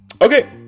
okay